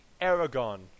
Aragon